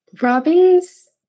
Robin's